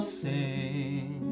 sing